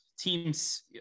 Teams